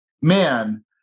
man